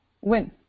win